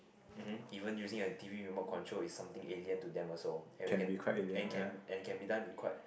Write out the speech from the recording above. um hmm even using a T_V remote control is something alien to them also and it can and it can and it can be done in quite